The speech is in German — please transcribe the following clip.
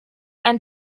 ein